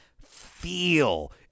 feel